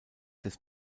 des